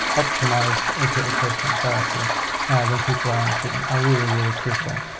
optimised opiate replacement therapy when people are in treatment are really really crucial.